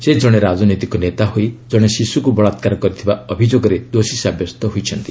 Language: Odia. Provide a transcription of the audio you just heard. ସେ ଜଣେ ରାଜନୈତିକ ନେତା ହୋଇ ଜଣେ ଶିଶ୍ରକ୍ତ ବଳାକାର କରିଥିବା ଅଭିଯୋଗରେ ଦୋଷୀ ସାବ୍ୟସ୍ତ ହୋଇଛନ୍ତି